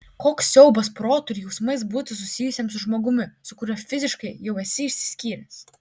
koks siaubas protu ir jausmais būti susijusiam su žmogumi su kuriuo fiziškai jau esi išsiskyręs